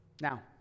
Now